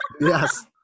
Yes